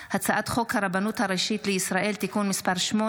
הצעת חוק הגנה על עובדים בשעת חירום (תיקון מס' 5)